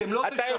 אתם לא תשקרו.